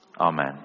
Amen